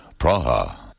Praha